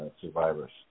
survivors